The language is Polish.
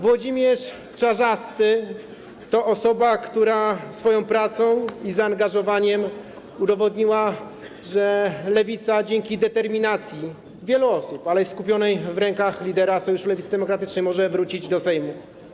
Włodzimierz Czarzasty to osoba, która swoją pracą i zaangażowaniem udowodniła, że lewica dzięki determinacji wielu osób, ale skupionej w rękach lidera Sojuszu Lewicy Demokratycznej, może wrócić do Sejmu.